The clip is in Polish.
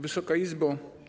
Wysoka Izbo!